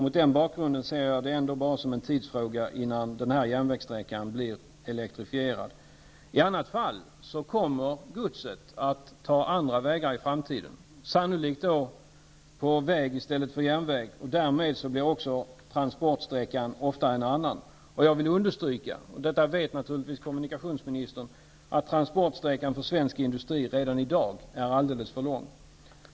Mot denna bakgrund ser jag det bara som en tidsfråga innan denna järnvägssträcka blir elektrifierad. I annat fall kommer godset att ta andra vägar i framtiden, sannolikt då på väg i stället för på järnväg. Därmed blir också transportsträckan ofta en annan. Och jag vill understryka, och detta vet naturligtvis kommunikationsministern, att transportsträckan för svensk industri redan i dag är alldeles för lång.